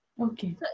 Okay